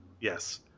Yes